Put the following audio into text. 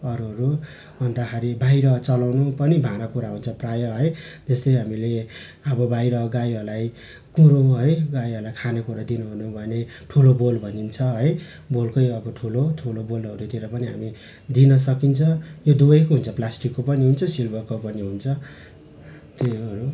अरूहरू अन्तखेरि बाहिर चलाउनु पनि भाँडाकुँडा आउँछ प्रायः है त्यसै हामीले अब बाहिर गाईहरूलाई कुँडो है गाईहरूलाई खानेकुरा दिनुहुन भने ठुलो बोल भनिन्छ है अब बोलकै अब ठुलो ठुलो बोलहरूतिर पनि हामी दिनसकिन्छ यो दुवैको हुन्छ प्लास्टिकको पनि हुन्छ सिल्वरको पनि हुन्छ त्योहरू